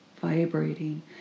vibrating